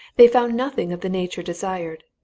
they found nothing of the nature desired.